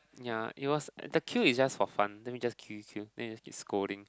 ya it was the queue is just for fun let me just queue queue queue then we just keep scolding